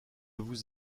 vous